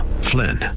Flynn